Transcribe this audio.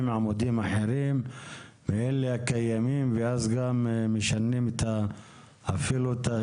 עמודים אחרים מאלה הקיימים ואז גם משנים את התצורה?